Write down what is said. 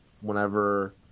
Whenever